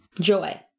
Joy